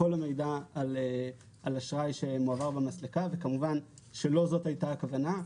כל המידע על אשראי שמועבר במסלקה וכמובן שלא זאת הייתה הכוונה.